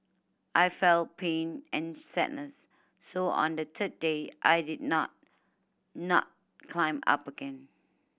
I felt pain and sadness so on the third day I did not not not climb up again